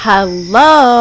Hello